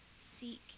seek